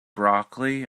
broccoli